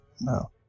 No